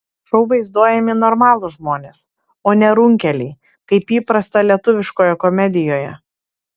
šou vaizduojami normalūs žmonės o ne runkeliai kaip įprasta lietuviškoje komedijoje